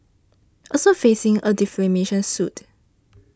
also facing a defamation suit